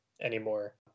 anymore